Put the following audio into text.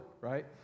right